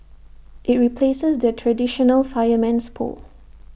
IT replaces the traditional fireman's pole